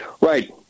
Right